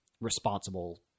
responsible